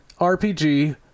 RPG